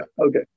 Okay